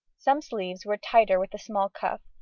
some sleeves were tighter with a small cuff,